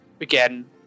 again